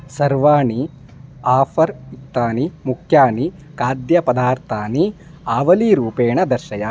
सर्वाणि आफ़र् युक्तानि मुख्यानि खाद्यपदार्थानि आवलीरूपेण दर्शय